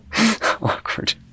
Awkward